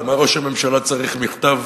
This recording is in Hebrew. למה ראש הממשלה צריך בכתב